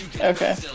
Okay